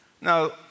Now